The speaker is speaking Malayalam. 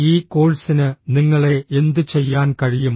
ഈ കോഴ്സിന് നിങ്ങളെ എന്തുചെയ്യാൻ കഴിയും